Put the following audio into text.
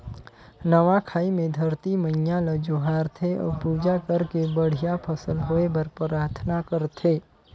नवा खाई मे धरती मईयां ल जोहार थे अउ पूजा करके बड़िहा फसल होए बर पराथना करथे